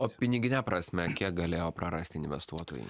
o pinigine prasme kiek galėjo prarasti investuotojai